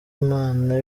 inama